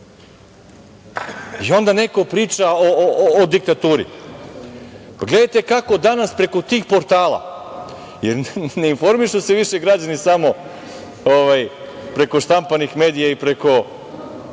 onda neko priča o diktaturi. Gledajte kako danas preko tih portala, ne informišu se više građani samo preko štampanih medija i preko